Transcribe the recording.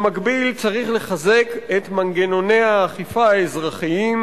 במקביל צריך לחזק את מנגנוני האכיפה האזרחיים,